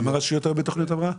כמה רשויות היום בתכניות הבראה?